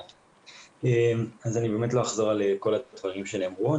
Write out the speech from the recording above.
אני לא אחזור על דברים שנאמרו.